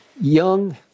young